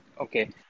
Okay